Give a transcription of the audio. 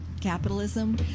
capitalism